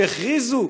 שהכריזו,